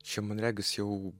čia man regis jau